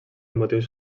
motius